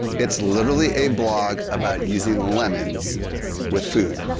it's literally a blog about using lemons with food,